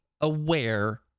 aware